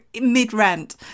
mid-rant